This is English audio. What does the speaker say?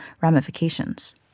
ramifications